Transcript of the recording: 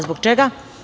Zbog čega?